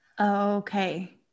Okay